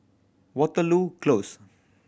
Waterloo Close